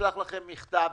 אשלח לכם מכתב.